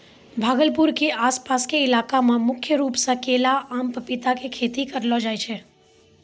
भागलपुर के आस पास के इलाका मॅ मुख्य रूप सॅ केला, आम, पपीता के खेती करलो जाय छै